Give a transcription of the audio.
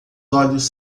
olhos